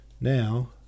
Now